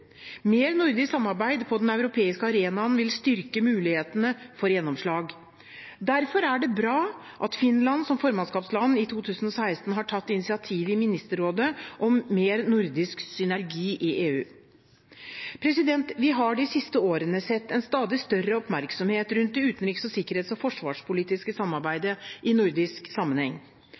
Mer nordisk samarbeid på den europeiske arenaen vil styrke mulighetene for gjennomslag. Derfor er det bra at Finland som formannskapsland i 2016 har tatt initiativ i Ministerrådet til «mer nordisk synergi i Europa». Vi har de siste årene sett en stadig større oppmerksomhet rundt det utenriks-, sikkerhets- og forsvarspolitiske samarbeidet i nordisk sammenheng.